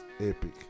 epic